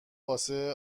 واسه